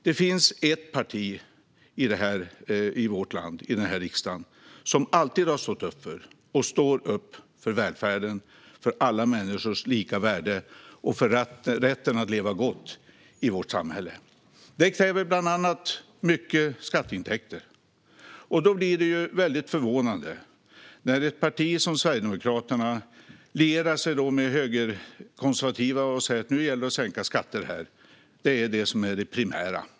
Det finns ett parti i vårt land och i riksdagen som alltid har stått upp för och står upp för välfärden, för alla människors lika värde och för rätten att leva gott i vårt samhälle. Detta kräver bland annat mycket skatteintäkter. Då är det förvånande att ett parti som Sverigedemokraterna lierar sig med högerkonservativa och säger: Nu gäller det att sänka skatter; det är det primära.